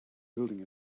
building